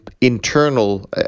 internal